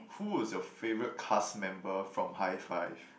who was your favourite cast member from Hi Five